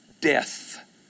death